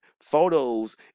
photos